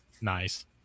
Nice